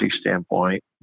standpoint